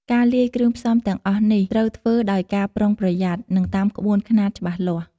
ការលាយគ្រឿងផ្សំទាំងអស់នេះ ត្រូវធ្វើឡើងដោយប្រុងប្រយ័ត្ន និងតាមក្បួនខ្នាតច្បាស់លាស់។